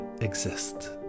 exist